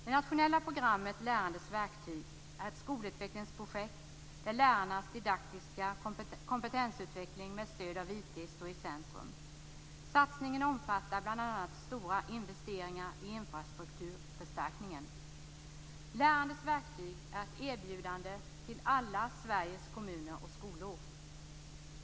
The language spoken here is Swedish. Det nationella programmet Lärandets verktyg är ett skolutvecklingsprojekt där lärarnas didaktiska kompetensutveckling med stöd av IT står i centrum. Satsningen omfattar bl.a. stora investeringar i infrastrukturförstärkningen. Lärandets verktyg är ett erbjudande till alla Sveriges kommuner och skolor.